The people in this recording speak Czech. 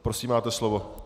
Prosím, máte slovo.